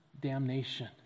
damnation